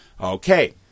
okay